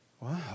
Wow